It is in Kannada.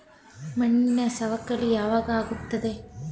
ಮಣ್ಣಿನ ಸವಕಳಿ ಯಾವಾಗ ಆಗುತ್ತದೆ?